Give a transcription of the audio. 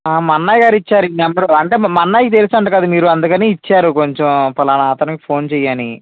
మా అన్నయగారు ఇచ్చారు ఈ నంబరు అంటే మా అన్నయకి తెలుసంటాగా మీరు అందుకని ఇచ్చారు కొంచెం పలానా అతనికి ఫోన్ చెయ్యి అని